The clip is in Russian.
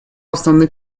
основных